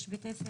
יש בתי ספר,